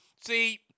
see